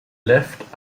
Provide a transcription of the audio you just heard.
left